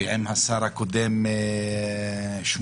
ועם השר הקודם שמולי,